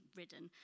ridden